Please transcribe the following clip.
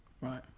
Right